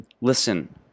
Listen